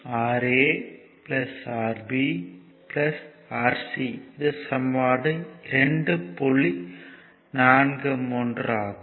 43 ஆகும்